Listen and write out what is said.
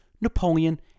Napoleon